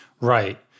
right